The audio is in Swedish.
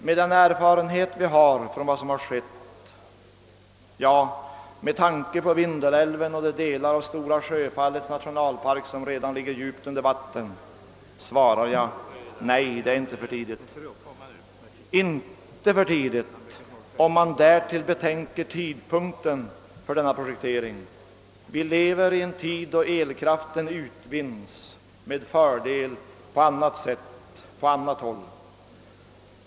Med den erfarenhet vi har från vad som har skett och med tanke på Vindelälven och de delar av Stora Sjöfallets nationalpark som redan ligger djupt under vatten svarar jag nej. Det är inte för tidigt, speciellt om man därtill betänker tidpunkten för denna projektering. Vi 1ever i en tid då elkraften med fördel utvinns på annat sätt och på annat håll.